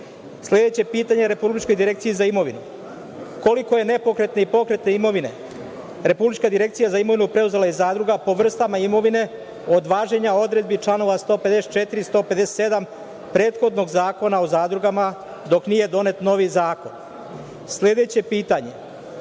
posluju? Sledeće pitanje je Republičkoj direkciji za imovinu – koliko je nepokretne i pokretne imovine Republička direkcija za imovinu preuzela iz zadruga po vrstama imovine od važenja odredbi članova 154. i 157. prethodnog Zakona o zadrugama dok nije donet novi zakon? Sledeće pitanje